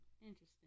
interesting